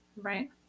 right